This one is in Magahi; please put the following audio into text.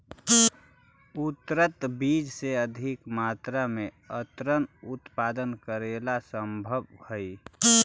उन्नत बीज से अधिक मात्रा में अन्नन उत्पादन करेला सम्भव हइ